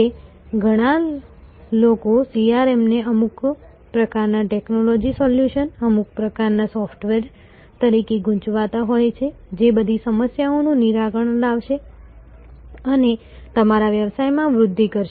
કે ઘણા લોકો CRM ને અમુક પ્રકારના ટેક્નોલોજી સોલ્યુશન અમુક પ્રકારના સોફ્ટવેર તરીકે ગૂંચવતા હોય છે જે બધી સમસ્યાઓનું નિરાકરણ લાવશે અને તમારા વ્યવસાયમાં વૃદ્ધિ કરશે